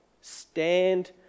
Stand